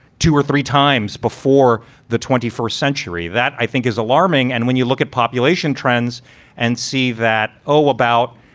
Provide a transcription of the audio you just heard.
two or three times before the twenty first century, that i think is alarming. and when you look at population trends and see that, oh, about,